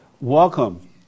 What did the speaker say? Welcome